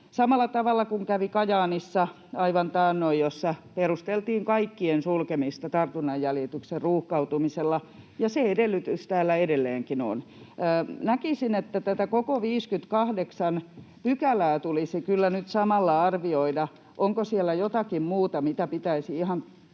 samalla tavalla kuin aivan taannoin kävi Kajaanissa, missä perusteltiin kaiken sulkemista tartunnanjäljityksen ruuhkautumisella, ja se edellytys täällä edelleenkin on. Näkisin, että tätä koko 58 §:ää tulisi kyllä nyt samalla arvioida: onko siellä jotakin muuta, mitä pitäisi ihan